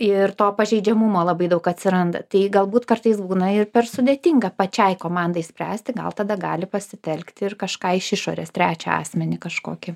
ir to pažeidžiamumo labai daug atsiranda tai galbūt kartais būna ir per sudėtinga pačiai komandai spręsti gal tada gali pasitelkti ir kažką iš išorės trečią asmenį kažkokį